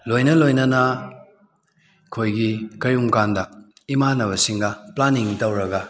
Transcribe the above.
ꯂꯣꯏꯅ ꯂꯣꯏꯅꯅ ꯑꯩꯈꯣꯏꯒꯤ ꯀꯔꯤꯒꯨꯝꯕ ꯀꯥꯟꯗ ꯏꯃꯥꯟꯅꯕꯁꯤꯡꯒ ꯄ꯭ꯂꯥꯅꯤꯡ ꯇꯧꯔꯒ